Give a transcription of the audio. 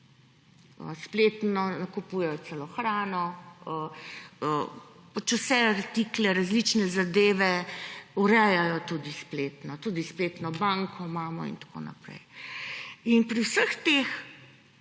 spletno nakupujejo celo hrano, pač vse artikle, različne zadeve, urejajo tudi spletno, tudi spletno banko imamo in tako naprej. In pri vseh teh